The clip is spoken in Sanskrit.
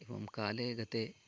एवं काले गते